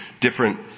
different